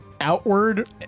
outward